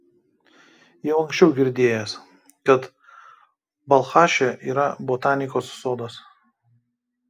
jau anksčiau girdėjęs kad balchaše yra botanikos sodas